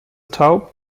taub